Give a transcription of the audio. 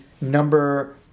number